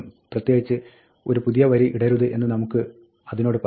പ്രത്യേകിച്ച് ഒരു പുതിയ വരി ഇടരുത് എന്ന് നമുക്ക് അതിനോട് പറയാം